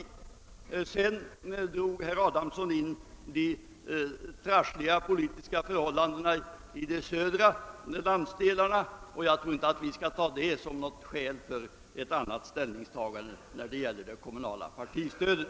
Herr Adamsson drog sedan in de trassliga politiska förhållandena i de södra landsdelarna. Jag tror emellertid inte att vi bör ta dessa som skäl för något annat ställningstagande när det gäller det kommunala partistödet.